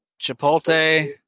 Chipotle